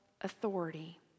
authority